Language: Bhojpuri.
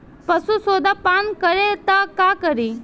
पशु सोडा पान करी त का करी?